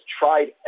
tried